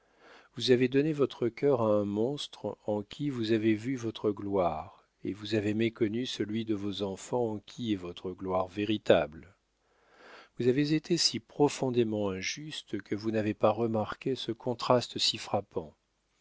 vous avez donné votre cœur à un monstre en qui vous avez vu votre gloire et vous avez méconnu celui de vos enfants en qui est votre gloire véritable vous avez été si profondément injuste que vous n'avez pas remarqué ce contraste si frappant